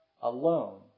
alone